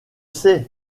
sais